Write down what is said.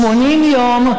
70 יום,